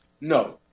No